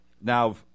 Now